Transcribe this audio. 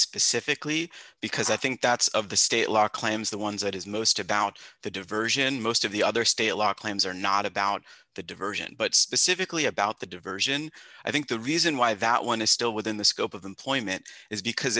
specifically because i think that's of the state law claims the ones that is most about the diversion most of the other state law claims are not about the diversion but specifically about the diversion i think the reason why that one is still within the scope of employment is because